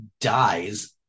dies